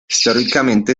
históricamente